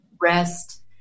rest